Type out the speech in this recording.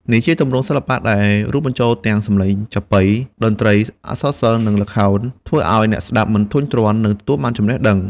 នេះជាទម្រង់សិល្បៈដែលរួមបញ្ចូលទាំង សំឡេងចាបុី តន្ត្រី អក្សរសិល្ប៍ និងល្ខោន ធ្វើឱ្យអ្នកស្តាប់មិនធុញទ្រាន់ និងទទួលបានចំណេះដឹង។